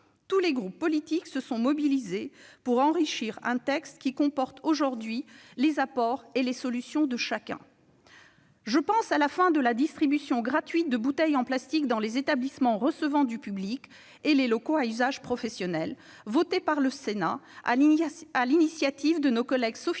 Tous les groupes politiques se sont mobilisés pour enrichir un texte qui comporte aujourd'hui les apports et les solutions de chacun. Je pense à la fin de la distribution gratuite de bouteilles en plastique dans les établissements recevant du public et les locaux à usage professionnel, votée par le Sénat sur l'initiative de nos collègues Sophie